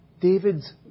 David's